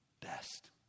best